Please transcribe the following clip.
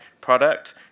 product